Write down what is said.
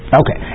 okay